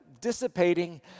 dissipating